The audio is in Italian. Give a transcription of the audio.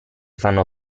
fanno